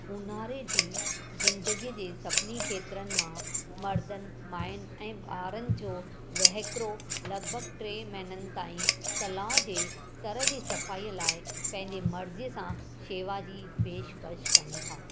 उन्हारे जी ज़िंदगीअ जे सभिनी खेतिरनि मां मर्दनि माइनि ऐं ॿारनि जो वहिकिरो लॻभॻि टे महीननि ताईं तलाउ जे तर जी सफ़ाईअ लाइ पंहिंजी मर्ज़ीअ सां शेवा जी पेशिकशि कनि था